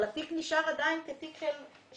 אבל התיק נשאר עדיין כתיק של אונס.